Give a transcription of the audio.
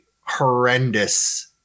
horrendous